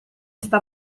sta